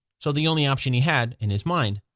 so the only option he had, in his mind,